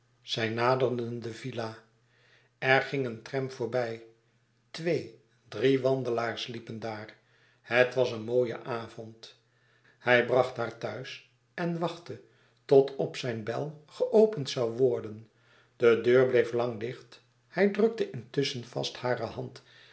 zij naderden de villa er ging een tram voorbij twee drie wandelaars liepen daar het was een mooie avond hij bracht haar thuis en wachtte tot op zijn bel geopend zoû worden de deur bleef lang dicht hij drukte intusschen vast hare hand